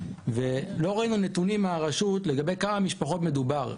ולא ראינו נתונים מהרשות לגבי כמה משפחות מדובר,